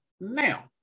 now